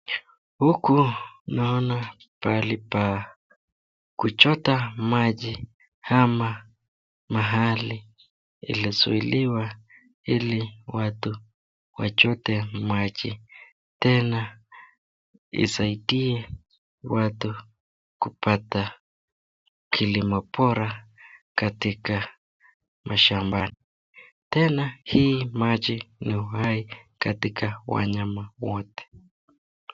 Huku naona pahali pa kuchota maji ama mahali ilizuiliwa ili watu wachote maji tena isaidie watu kupata kilimo bora katika mashamba tena hii maji ni uhai katika wanyama wote.